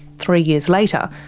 three years later,